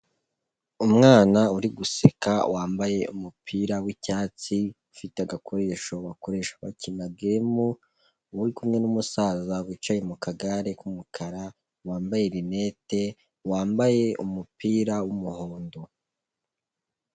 Umwana uri guseka wambaye umupira w'icyatsi, ufite agakoresho bakoresha bakina gemu, uri kumwe n'umusaza wicaye mu kagare k'umukara, wambaye rinete, wambaye umupira w'umuhondo.